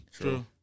True